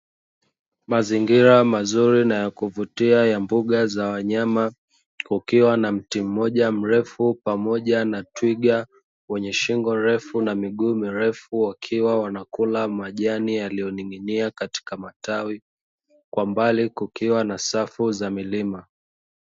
Mazingira mazuri na ya kuvutia ya mbuga za wanyama, kukiwa na mti mmoja mrefu pamoja na twiga, wenye shingo refu na miguu mirefu wakiwa wanakula majani yaliyoning’inia katika matawi, kwa mbali kukiwa na safu za milima.